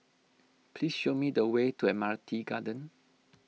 please show me the way to Admiralty Garden